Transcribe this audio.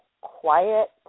quiet